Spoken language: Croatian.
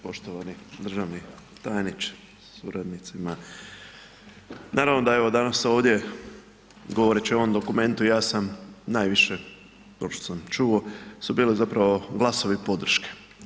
Poštovani državni tajniče sa suradnicima, naravno da je evo danas ovdje govoreći o ovom dokumentu ja sam najviše kao što sam čuo su bile zapravo glasovi podrške.